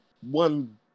one